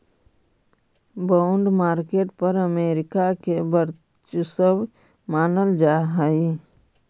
bond market पर America के वर्चस्व मानल जा हइ